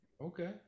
Okay